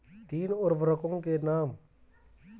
तीन उर्वरकों के नाम?